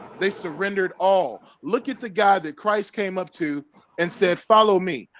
they surrendered all look at the guy that christ came up to and said follow me.